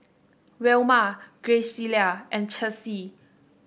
Wilma Graciela and Chessie